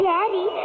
Daddy